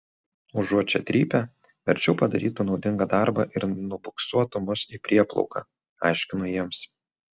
užuot čia trypę verčiau padarytų naudingą darbą ir nubuksuotų mus į prieplauką aiškinu jiems